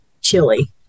chili